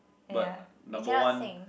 but number one